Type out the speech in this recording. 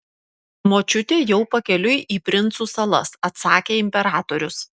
močiutė jau pakeliui į princų salas atsakė imperatorius